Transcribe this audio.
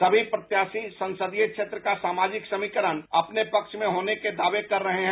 सभी प्रत्याशी संसदीय क्षेत्र का सामाजिक समीकरण अपने पक्ष में होने के दावे कर रहे हैं